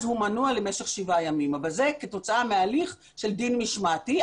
אז הוא מנוע למשך שבעה ימים אבל זה כתוצאה מהליך של דין משמעתי.